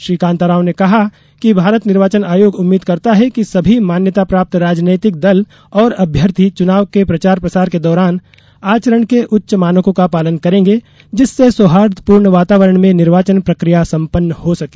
श्री कांताराव ने कहा कि भारत निर्वाचन आयोग उम्मीद करता है कि सभी मान्यता प्राप्त राजनैतिक दल और अभ्यर्थी चुनाव के प्रचार प्रसार के दौरान आचरण के उच्च मानकों का पालन करेंगे जिससे सौहार्द्रपूर्ण वातावरण में निर्वाचन प्रक्रिया संपन्न हो सके